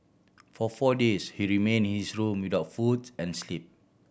for four days he remain in his room without foods and sleep